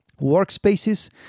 Workspaces